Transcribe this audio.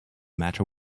matter